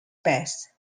pass